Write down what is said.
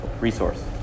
resource